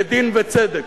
ודין וצדק?